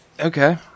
Okay